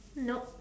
nope